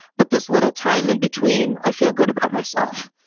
but this little time in between, i feel good about myself.